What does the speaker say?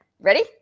Ready